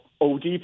OD